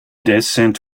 descent